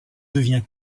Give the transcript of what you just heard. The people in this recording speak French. devient